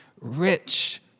rich